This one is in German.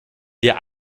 der